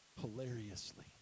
Hilariously